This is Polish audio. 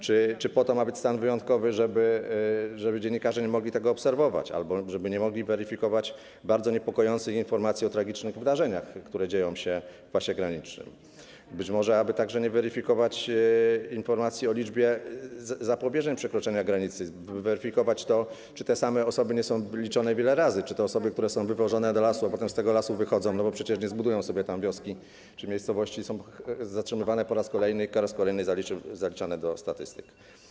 Czy po to ma być stan wyjątkowy, żeby dziennikarze nie mogli tego obserwować albo żeby nie mogli weryfikować bardzo niepokojących informacji o tragicznych wydarzeniach, które dzieją się w pasie granicznym, być może aby także nie weryfikować informacji o liczbie przypadków zapobiegania przekraczaniu granicy, weryfikować, czy te same osoby nie są liczone wiele razy, czy osoby, które są wywożone do lasu, a potem z tego lasu wychodzą, bo przecież nie zbudują sobie tam wioski czy miejscowości, nie są zatrzymywane po raz kolejny i po raz kolejny zaliczane do statystyk?